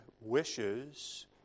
wishes